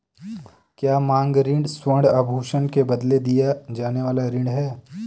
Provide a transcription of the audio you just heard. क्या मांग ऋण स्वर्ण आभूषण के बदले दिया जाने वाला ऋण है?